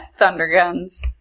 Thunderguns